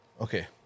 Okay